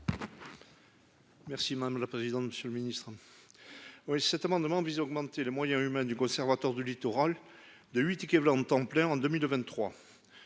Merci madame la présidente. Monsieur le Ministre. Oui, cet amendement vise à augmenter les moyens humains du Conservatoire du littoral de 8 équivalents temps plein en 2023.